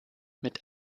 mit